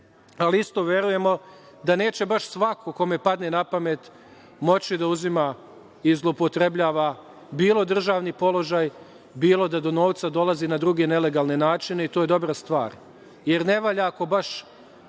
ali isto verujemo da neće baš svako kome padne na pamet, moći da uzima i zloupotrebljava bilo državni položaj, bilo da do novca dolazi na druge nelegalne načine i to je dobra stvar. Jer, ne valja ako baš